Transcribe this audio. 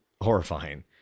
horrifying